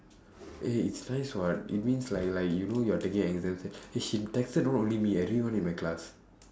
eh it's nice [what] it means like like you know you're taking exams eh she texted not only me everyone in my class